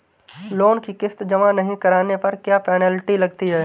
Loan की किश्त जमा नहीं कराने पर क्या पेनल्टी लगती है?